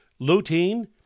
lutein